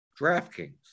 DraftKings